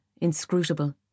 inscrutable